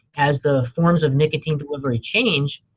as the forms of nicotine delivery change,